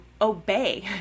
obey